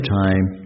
time